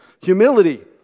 Humility